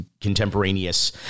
contemporaneous